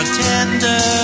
tender